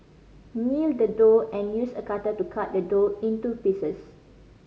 knead the dough and use a cutter to cut the dough into pieces